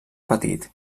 petit